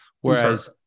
Whereas